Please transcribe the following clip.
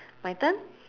my turn